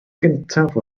gyntaf